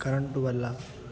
current వల్ల